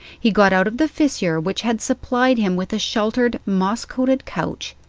he got out of the fissure which had supplied him with a sheltered moss coated couch,